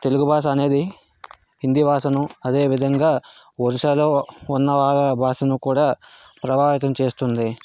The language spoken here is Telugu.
తెలుగు భాష అనేది హింది భాషను అదే విధంగా ఒరిస్సాలో ఉన్న భాషను కూడా ప్రభావితం చేస్తుంది